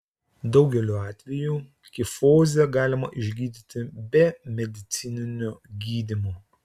daugeliu atvejų kifozę galima išgydyti be medicininio gydymo